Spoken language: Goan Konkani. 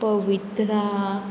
पवित्रा